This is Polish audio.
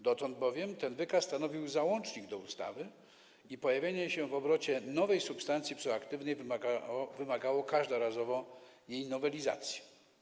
Dotąd bowiem ten wykaz stanowił załącznik do ustawy i pojawienie się w obrocie nowej substancji psychoaktywnej wymagało każdorazowo jej nowelizacji.